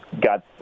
got